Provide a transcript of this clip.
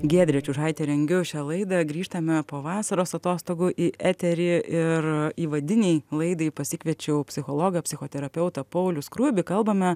giedrė čiužaitė rengiu šią laidą grįžtame po vasaros atostogų į eterį ir įvadinei laidai pasikviečiau psichologą psichoterapeutą paulių skruibį kalbame